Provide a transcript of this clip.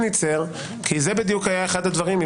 קרמניצר כי זה היה אחד הדברים שאמר בדבריו,